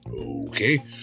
Okay